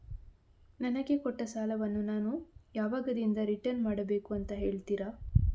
ನನಗೆ ಕೊಟ್ಟ ಸಾಲವನ್ನು ನಾನು ಯಾವಾಗದಿಂದ ರಿಟರ್ನ್ ಮಾಡಬೇಕು ಅಂತ ಹೇಳ್ತೀರಾ?